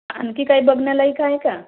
आणखी काही बघण्यालायक आहे का